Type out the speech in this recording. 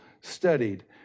studied